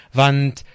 want